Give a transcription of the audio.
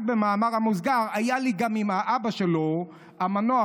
רק במאמר מוסגר: היו לי גם עם האבא שלו המנוח,